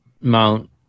Mount